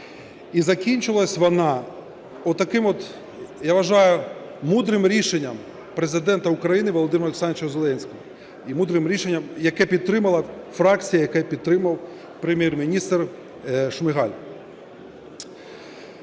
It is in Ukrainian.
І закінчилась вона отаким от, я вважаю, мудрим рішенням Президента України Володимира Олександровича Зеленського і мудрим рішенням, яке підтримала фракція, яке підтримав Прем'єр-міністр Шмигаль.